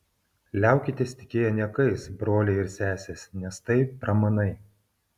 liaukitės tikėję niekais broliai ir sesės nes tai pramanai